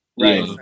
right